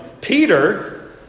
Peter